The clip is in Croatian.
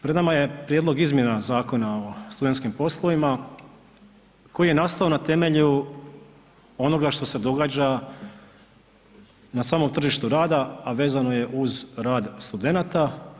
Pred nama Prijedlog izmjena Zakona o studentskim poslovima koji je nastao na temelju onoga što se događa na samom tržištu rada, a vezano je uz rad studenata.